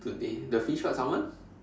today the fish what Salmon